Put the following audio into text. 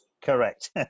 correct